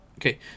Okay